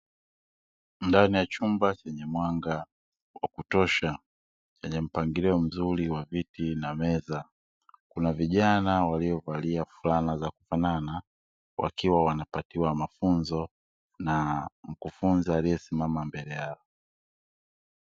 Ndani ya chumba chenye mwanga wa kutosha, chenye mpangilio mzuri wa viti na meza kuna vijana waliovalia fulana za kufanana wakiwa wanapatiwa mafunzo na mkufunzi aliyesimama mbele yao.